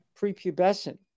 prepubescent